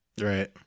Right